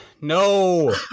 No